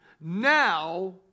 Now